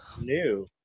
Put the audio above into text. new